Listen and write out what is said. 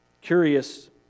curious